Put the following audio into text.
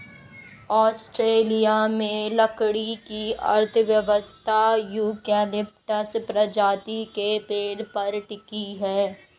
Australia में लकड़ी की अर्थव्यवस्था यूकेलिप्टस प्रजाति के पेड़ पर टिकी है